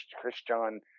Christian